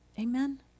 Amen